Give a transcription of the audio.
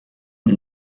und